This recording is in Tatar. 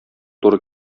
туры